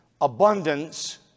abundance